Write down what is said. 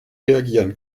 reagieren